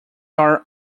are